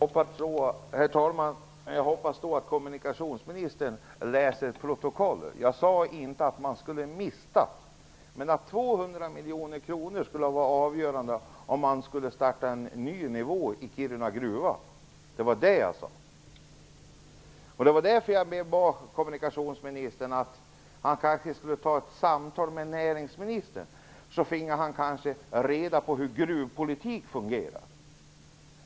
Herr talman! Jag hoppas att kommunikationsministern läser protokollet. Jag sade inte att man kan mista dem, men att 200 miljoner kronor inte är avgörande om man skall starta en ny nivå i Kiruna gruva. Det var det jag sade. Det var därför jag bad kommunikationsministern att han kanske skulle ta ett samtal med näringsministern, så finge han kanske reda på hur gruvpolitik fungerar.